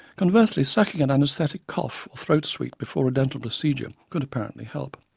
conversely, sucking an anaesthetizing cough or throat sweet before a dental procedure could apparently help.